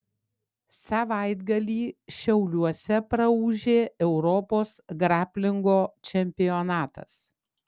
savaitgalį šiauliuose praūžė europos graplingo čempionatas